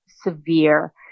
severe